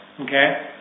Okay